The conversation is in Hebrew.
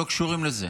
לא קשורים לזה,